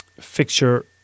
fixture